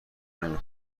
نمی